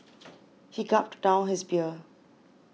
he gulped down his beer